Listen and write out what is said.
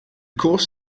course